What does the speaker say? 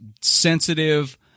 sensitive